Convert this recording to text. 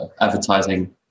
advertising